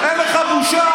אין לך בושה?